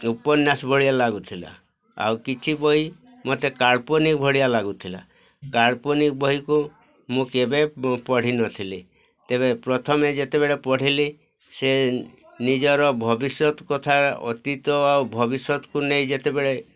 ଉପନ୍ୟାସ ଭଳିଆ ଲାଗୁଥିଲା ଆଉ କିଛି ବହି ମୋତେ କାଳ୍ପନିକ ଭଳିଆ ଲାଗୁଥିଲା କାଳ୍ପନିକ ବହିକୁ ମୁଁ କେବେ ପଢ଼ିନଥିଲି ତେବେ ପ୍ରଥମେ ଯେତେବେଳେ ପଢ଼ିଲି ସେ ନିଜର ଭବିଷ୍ୟତ କଥା ଅତୀତ ଆଉ ଭବିଷ୍ୟତକୁ ନେଇ ଯେତେବେଳେ